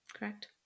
correct